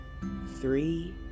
three